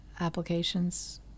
applications